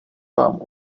vám